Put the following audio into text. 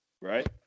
right